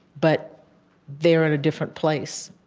but they are in a different place.